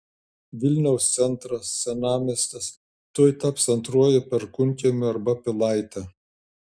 vilniaus centras senamiestis tuoj taps antruoju perkūnkiemiu arba pilaite